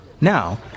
Now